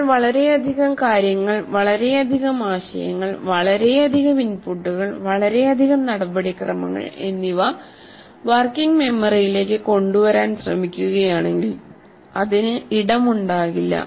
നമ്മൾ വളരെയധികം കാര്യങ്ങൾ വളരെയധികം ആശയങ്ങൾ വളരെയധികം ഇൻപുട്ടുകൾ വളരെയധികം നടപടിക്രമങ്ങൾ എന്നിവ വർക്കിംഗ് മെമ്മറിയിലേക്ക് കൊണ്ടുവരാൻ ശ്രമിക്കുകയാണെങ്കിൽ ഇതിന് ഇടമുണ്ടാകില്ല